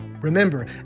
Remember